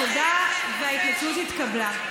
תודה, ההתנצלות התקבלה.